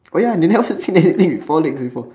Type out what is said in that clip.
oh ya they never even seen anything with four legs before